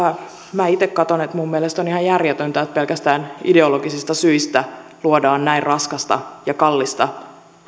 minä itse katson että minun mielestäni on ihan järjetöntä että pelkästään ideologisista syistä luodaan näin raskasta ja kallista